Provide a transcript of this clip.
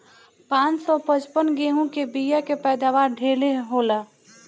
पान सौ पचपन गेंहू के बिया के पैदावार ढेरे होला